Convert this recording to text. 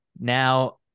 Now